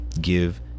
give